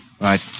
Right